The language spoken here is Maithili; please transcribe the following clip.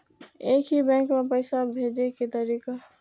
एक ही बैंक मे पैसा भेजे के तरीका?